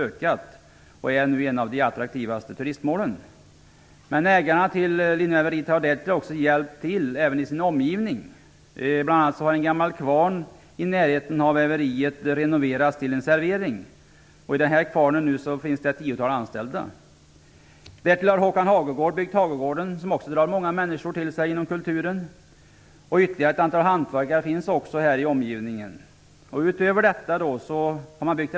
Väveriet är nu ett av de attraktivaste turistmålen. Ägarna till linneväveriet har därtill hjälpt till i sin omgivning. En gammal kvarn i närheten har renoverats till en servering. Här finns nu ett tiotal anställda. Håkan Hagegård har byggt Hagegården, som också drar till sig många människor inom kulturen. Ytterligare ett antal hantverkare finns i omgivningen. Rackstamuseet i Arvika har också byggts.